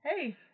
hey